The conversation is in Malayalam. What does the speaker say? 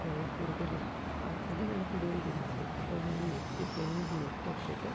കൂടുതൽ അതിനാണ് കൂടുതൽ ഡിമാൻ്റ് അപ്പോൾ ഞാൻ നെറ്റ് പ്ലെയിൻ നെറ്റെടുത്തിട്ട്